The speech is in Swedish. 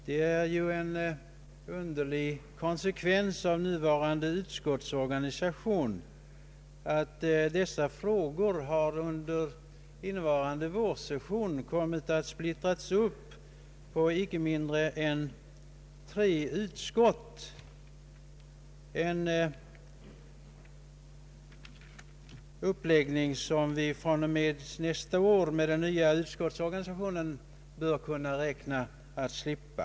Det är en underlig konsekvens av nuvarande utskottsorganisation att dessa frågor under innevarande vårsession har kommit att splittras upp på inte mindre än tre utskott, en uppläggning som vi från och med nästa år, med den nya utskottsorganisationen, bör kunna räkna med att slippa.